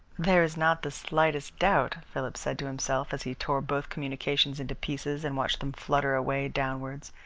there is not the slightest doubt, philip said to himself, as he tore both communications into pieces and watched them flutter away downwards,